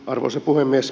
arvoisa puhemies